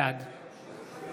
בעד